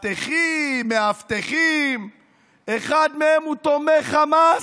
מאבטחים, מאבטחים, אחד מהם הוא תומך חמאס,